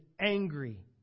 angry